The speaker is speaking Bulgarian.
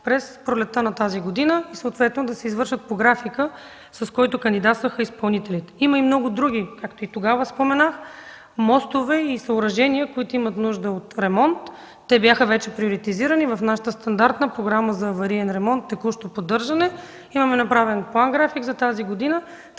през пролетта на тази година и съответно да се извършат по графика, с който кандидатстваха изпълнителите. Има много други, както тогава споменах – мостове и съоръжения, които имат нужда от ремонт. Те бяха вече приоретизирани в нашата стандартна програма за авариен ремонт – текущо поддържане. Имаме направен план-график за тази година,